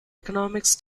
economics